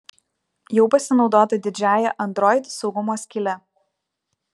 jau pasinaudota didžiąja android saugumo skyle